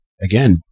again